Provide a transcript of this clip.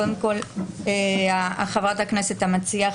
קודם כול בחברת הכנסת המציעה,